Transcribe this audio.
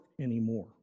anymore